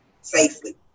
safely